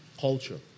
culture